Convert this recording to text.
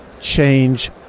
change